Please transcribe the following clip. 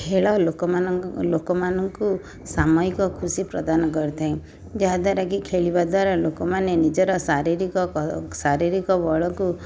ଖେଳ ଲୋକମାନ ଲୋକମାନଙ୍କୁ ସାମୁହିକ ଖୁସି ପ୍ରଦାନ କରିଥାଏ ଯାହା ଦ୍ୱାରାକି ଖେଳିବା ଦ୍ୱାରା ଲୋକମାନେ ନିଜର ଶାରୀରିକ ଶାରୀରିକ ବଳକୁ